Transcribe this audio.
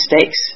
mistakes